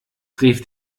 rief